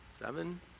seven